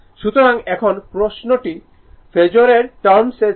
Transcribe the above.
সুতরাং এখন প্রশ্নটি ফেজোরের টার্মস এ থেকে